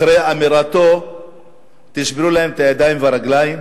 אחרי אמירתו "תשברו להם את הידיים והרגליים",